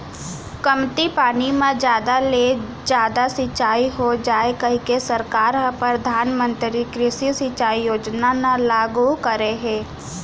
कमती पानी म जादा ले जादा सिंचई हो जाए कहिके सरकार ह परधानमंतरी कृषि सिंचई योजना ल लागू करे हे